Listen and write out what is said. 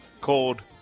called